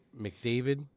McDavid